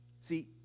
See